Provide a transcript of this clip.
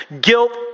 Guilt